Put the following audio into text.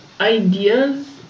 ideas